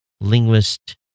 linguist